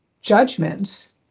judgments